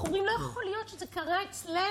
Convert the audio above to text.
אנחנו אומרים: לא יכול להיות שזה קרה אצלנו.